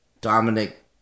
Dominic